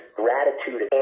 gratitude